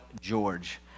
George